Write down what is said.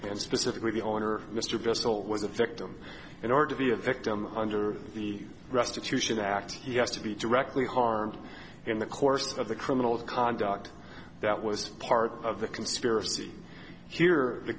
and specifically the owner mr bissell was a victim in order to be a victim under the restitution act yes to be directly harmed in the course of the criminal conduct that was part of the conspiracy here the